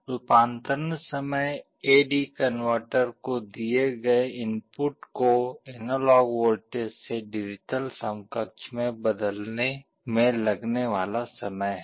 रूपांतरण समय A D converter को दिए गए इनपुट को एनालॉग वोल्टेज से डिजिटल समकक्ष में बदलने में लगने वाला समय है